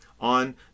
on